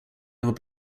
would